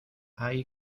hay